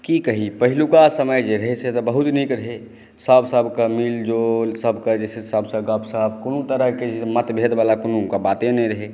की कही पहिलुका समय जे रहै से तऽ बहुत नीक रहै सभ सभक मेलजोल सभके सभसँ जे छै से गप सप कोनो तरहकेंँ जे छै से मतभेद वला कोनो बाते नहि रहै